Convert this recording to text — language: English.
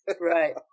Right